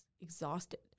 exhausted